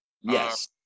Yes